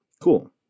Cool